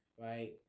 right